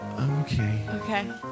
okay